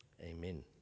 Amen